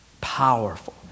Powerful